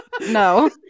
no